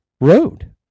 road